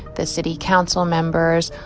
the city council members,